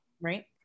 right